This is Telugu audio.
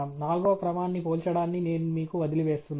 నాల్గవ క్రమాన్ని పోల్చడాన్ని నేను మీకు వదిలివేస్తున్నాను